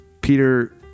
Peter